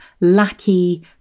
lackey